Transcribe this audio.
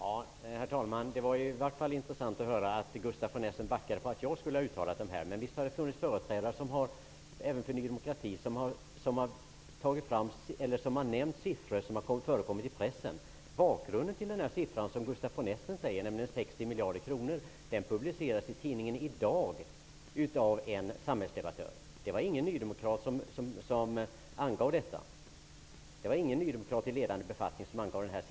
Herr talman! Det var i varje fall intressant att höra att Gustaf von Essen backar från sitt påstående att jag skulle ha uttalat de där siffrorna. Visst har även företrädare för Ny demokrati nämnt siffror som har förekommit i pressen. Den siffra som Gustaf von Essen nämner, dvs. 60 miljarder kronor, publicerades först i tidningen iDag av en samhällsdebattör. Det var ingen nydemokrat i ledande befattning som angav den siffran.